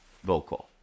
vocal